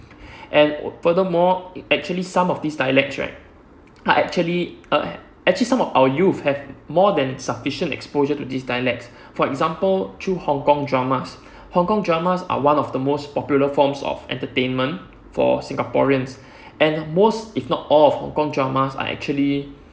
and furthermore actually some of these dialects right are actually actually some of our youth have more than sufficient exposure to this dialects for example through hong-kong dramas hong-kong dramas are one of the most popular forms of entertainment for singaporeans and most if not all of hong-kong dramas are actually